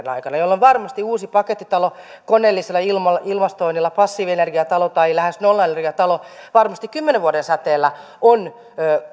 aikana jolloin varmasti uusi pakettitalo koneellisella ilmastoinnilla passiivienergiatalo tai lähes nolla energiatalo kymmenen vuoden säteellä on